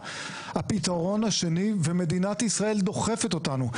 הפתרון השני ומדינת ישראל דוחפת אותנו,